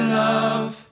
love